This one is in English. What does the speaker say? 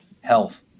health